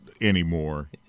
anymore